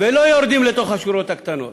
ולא יורדים לשורות הקטנות,